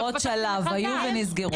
דירות שלב, היו ונסגרו.